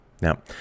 Now